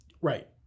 Right